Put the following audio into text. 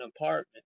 apartment